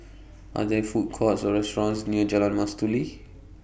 Are There Food Courts Or restaurants near Jalan Mastuli